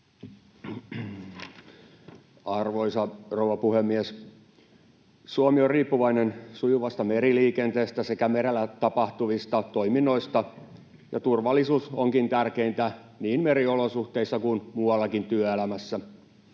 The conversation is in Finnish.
Arvoisa rouva puhemies! Suomi on riippuvainen sujuvasta meriliikenteestä sekä merellä tapahtuvista toiminnoista, ja turvallisuus onkin tärkeintä niin meriolosuhteissa kuin muuallakin työelämässä.